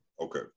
Okay